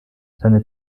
seine